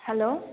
hello